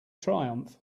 triumph